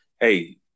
Hey